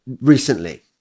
Recently